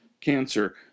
cancer